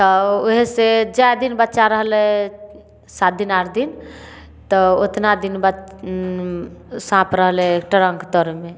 तऽ ओहे से जाए दिन बच्चा रहलै सात दिन आठ दिन तऽ ओतना दिन ब साँप रहलै ट्रंक तऽरमे